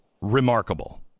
remarkable